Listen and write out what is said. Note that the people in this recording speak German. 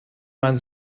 man